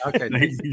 Okay